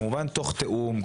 כמובן תוך תיאום,